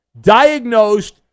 diagnosed